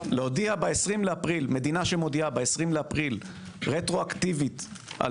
מדינה שמודיעה ב-20.4 רטרואקטיבית על